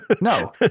No